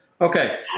Okay